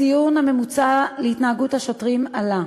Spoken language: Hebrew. הציון הממוצע להתנהגות השוטרים עלה,